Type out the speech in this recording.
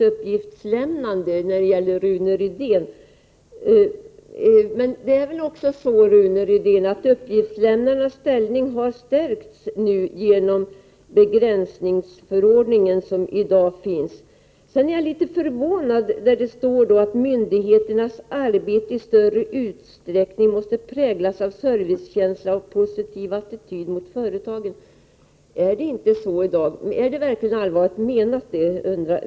Uppgiftslämnarnas ställning har dock stärkts nu genom att vi i dag har en begränsningsförordning. Jag är litet förvånad över att det står i reservationen att myndigheternas arbete i större utsträckning måste präglas av servicekänsla och en positiv attityd mot företagen. Är det verkligen allvarligt menat?